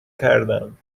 کردم